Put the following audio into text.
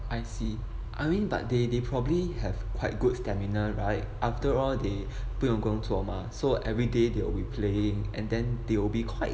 I see I mean but they they probably have quite good stamina right after all they 不用工作吗 so everyday they'll be playing and then they'll be quite